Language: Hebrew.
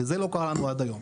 וזה לא קרה לנו עד היום.